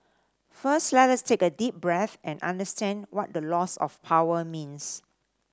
first let us take a deep breath and understand what the loss of power means